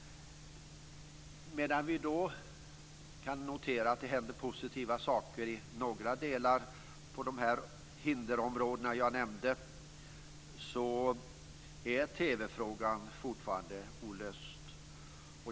Medan vi kan notera att det hände positiva saker i några delar på de hinderområden jag nämnde, är TV-frågan fortfarande olöst.